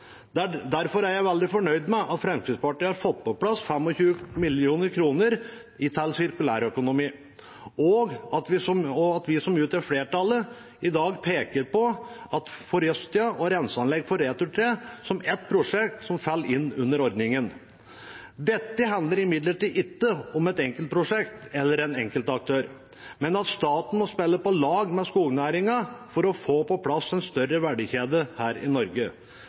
Derfor er jeg veldig fornøyd med at Fremskrittspartiet har fått på plass 25 mill. kr til sirkulærøkonomi, og at vi som utgjør flertallet i dag, peker på Forestia og renseanlegg for returtre som et prosjekt som faller inn under ordningen. Dette handler imidlertid ikke om et enkeltprosjekt eller en enkeltaktør, men om at staten må spille på lag med skognæringen for å få på plass en større verdikjede her i Norge.